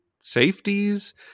safeties